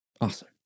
Awesome